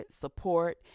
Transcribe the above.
support